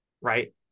right